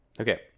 Okay